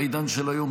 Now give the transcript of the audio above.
בעידן של היום,